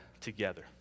together